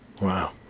Wow